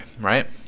right